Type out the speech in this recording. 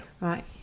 Right